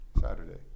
Saturday